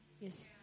Yes